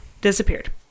Disappeared